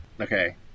okay